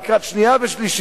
לקראת הקריאה השנייה והשלישית,